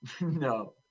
No